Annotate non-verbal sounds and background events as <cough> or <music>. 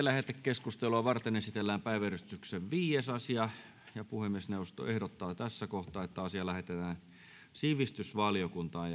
<unintelligible> lähetekeskustelua varten esitellään päiväjärjestyksen viides asia puhemiesneuvosto ehdottaa että asia lähetetään sivistysvaliokuntaan <unintelligible>